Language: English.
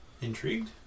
intrigued